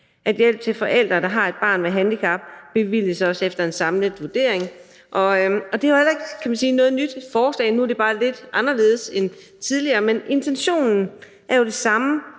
at hjælp til forældre, der har et barn med handicap, også bevilges efter en samlet vurdering. Det er jo heller ikke noget nyt forslag, kan man sige, nu er det bare lidt anderledes end tidligere, men intentionen er jo den samme: